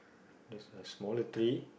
there's a smaller tree